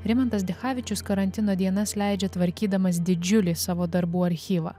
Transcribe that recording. rimantas dichavičius karantino dienas leidžia tvarkydamas didžiulį savo darbų archyvą